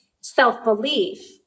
self-belief